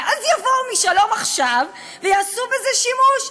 ואז יבואו מ"שלום עכשיו" ויעשו בזה שימוש?